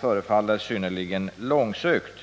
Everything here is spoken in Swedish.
förefaller synnerligen långsökt.